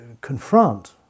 confront